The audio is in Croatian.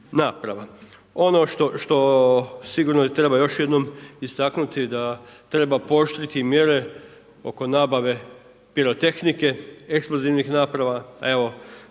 Ono što sigurno treba još jednom istaknuti, da treba pooštriti mjere oko nabave pirotehnike, eksplozivnih naprava.